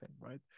Right